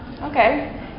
Okay